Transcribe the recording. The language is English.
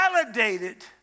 validated